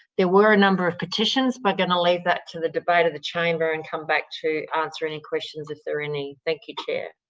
there were a number of petitions but i'm going to leave that to the debate of the chamber and come back to answer any questions if there are any. thank you, chair.